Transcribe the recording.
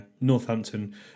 Northampton